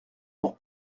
pour